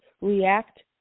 react